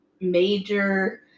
major